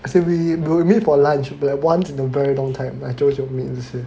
as in we we'll meet for lunch but will be like once in a very long time